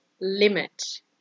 limit